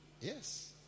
Yes